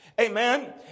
Amen